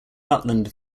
rutland